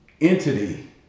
entity